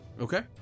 Okay